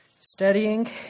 studying